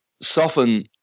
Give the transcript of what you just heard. soften